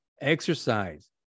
Exercise